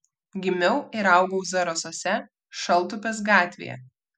gimiau ir augau zarasuose šaltupės gatvėje